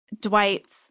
Dwight's